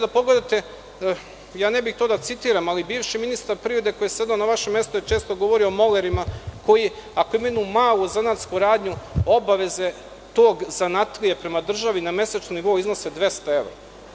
Ne bih to da citiram, ali bivši ministar privrede, koji je sedeo na vašem mestu, je često govorio o molerima koji, ako imaju jednu malu zanatsku radnju, obaveze tog zanatlije prema državi na mesečnom nivou iznose 200 evra.